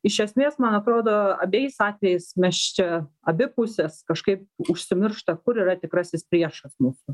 iš esmės man atrodo abejais atvejais mes čia abi pusės kažkaip užsimiršta kur yra tikrasis priešas mūsų